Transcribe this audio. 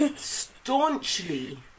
staunchly